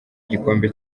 gikombe